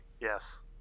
Yes